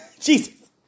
Jesus